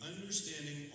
Understanding